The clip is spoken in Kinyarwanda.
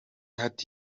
hart